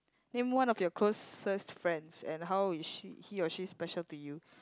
name one of your closest friends and how is she he or she special to you